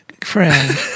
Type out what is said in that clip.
friend